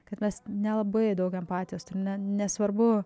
kad mes nelabai daug empatijos turim ne nesvarbu